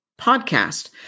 podcast